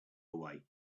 away